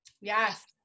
yes